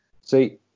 see